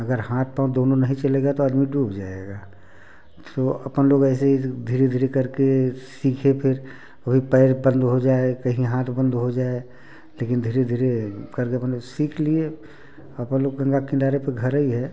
अगर हाथ पाँव दोनों नहीं चलेगा तो आदमी डूब जाएगा तो अपन लोग ऐसे ही धीरे धीरे करके सीखे फिर वही पैर बंद हो जाए कहीं हाथ बंद हो जाए लेकिन धीरे धीरे करके अपन लोग सीख लिए अपन लोग गंगा किनारे पर घरै है